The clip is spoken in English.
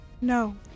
No